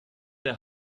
der